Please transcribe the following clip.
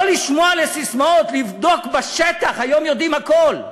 לא לשמוע לססמאות, לבדוק בשטח, היום יודעים הכול.